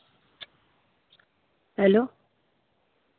hello